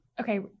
okay